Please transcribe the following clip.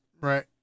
right